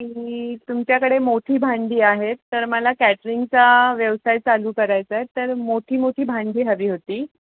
की तुमच्याकडे मोठी भांडी आहेत तर मला कॅटरिंगचा व्यवसाय चालू करायचा आहे तर मोठी मोठी भांडी हवी होती